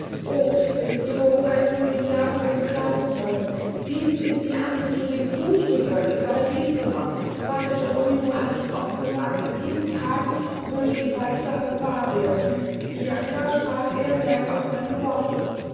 o wenn ihre hoheit nur dem jago hätten glauben wollen dies ist die hand die zu dem fuß gehört im galleriezimmer vater geronimo hat uns oft gesagt in diesen tagen würde die weissagung wahr werden bianca sprach er merk auf meine worte